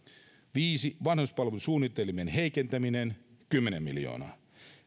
viisi vanhuspalvelusuunnitelmien heikentäminen kymmenen miljoonaa